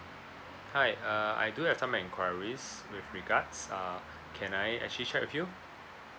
hi err I do have some enquiries with regards uh can I actually check with you